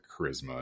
charisma